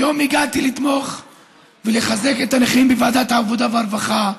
היום הגעתי לתמוך ולחזק את הנכים בוועדת העבודה והרווחה,